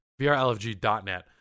VRLFG.net